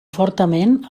fortament